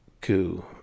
coup